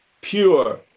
Pure